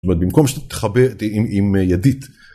זאת אומרת, במקום שתחבא אותי עם ידית.